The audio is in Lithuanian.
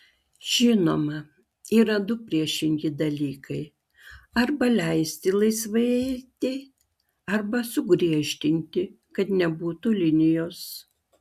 žinoma yra du priešingi dalykai arba leisti laisvai eiti arba sugriežtinti kad nebūtų linijos